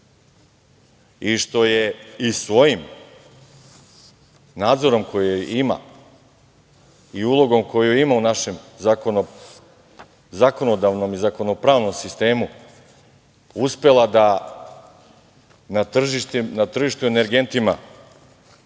i što je i svojim nadzorom koji ima i ulogom koju ima u našem zakonodavnom i zakonopravnom sistemu uspela da na tržištu energentima